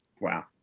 wow